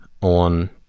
on